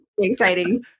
exciting